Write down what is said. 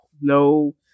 no